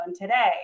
today